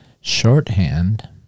Shorthand